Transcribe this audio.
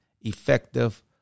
effective